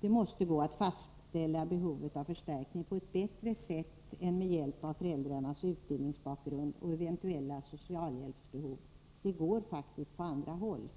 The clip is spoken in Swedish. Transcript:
Det måste gå att fastställa behovet av förstärkning på ett bättre sätt än med uppgifter om föräldrarnas utbildningsbakgrund och eventuella socialhjälpsbehov, Det går faktiskt i andra sammanhang.